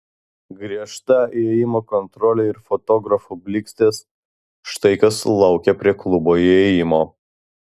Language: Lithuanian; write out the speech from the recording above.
griežta įėjimo kontrolė ir fotografų blykstės štai kas laukė prie klubo įėjimo